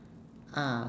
ah